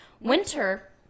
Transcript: Winter